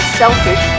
selfish